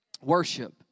Worship